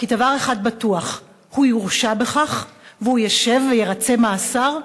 כי דבר אחד בטוח: הוא יורשע והוא ישב וירצה מאסר,